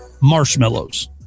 marshmallows